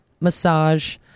massage